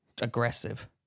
Aggressive